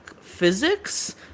physics